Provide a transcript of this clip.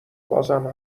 بازم